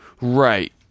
Right